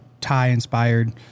Thai-inspired